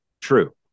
true